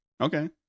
Okay